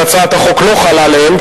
שהצעת החוק לא חלה עליהם,